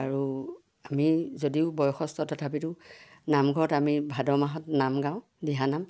আৰু আমি যদিও বয়সস্থ তথাপিতো নামঘৰত আমি ভাদমাহত নাম গাওঁ দিহানাম